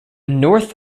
north